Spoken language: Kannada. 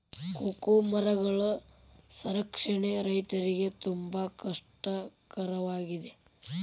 ಕೋಕೋ ಮರಗಳ ಸಂರಕ್ಷಣೆ ರೈತರಿಗೆ ತುಂಬಾ ಕಷ್ಟ ಕರವಾಗಿದೆ